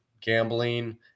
gambling